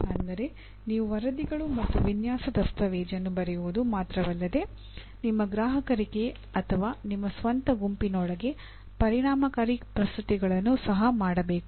ಅಂದರೆ ನೀವು ವರದಿಗಳು ಮತ್ತು ವಿನ್ಯಾಸ ದಸ್ತಾವೇಜನ್ನು ಬರೆಯುವುದು ಮಾತ್ರವಲ್ಲದೆ ನಿಮ್ಮ ಗ್ರಾಹಕರಿಗೆ ಅಥವಾ ನಿಮ್ಮ ಸ್ವಂತ ಗುಂಪಿನೊಳಗೆ ಪರಿಣಾಮಕಾರಿ ಪ್ರಸ್ತುತಿಗಳನ್ನು ಸಹ ಮಾಡಬೇಕು